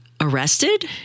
arrested